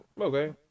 Okay